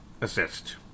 assist